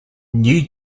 new